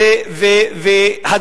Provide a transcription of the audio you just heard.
אין בעיה.